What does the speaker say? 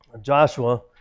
Joshua